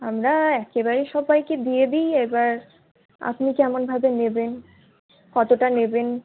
আমরা একেবারে সবাইকে দিয়ে দিই এবার আপনি কেমন ভাবে নেবেন কতটা নেবেন